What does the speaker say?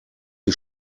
die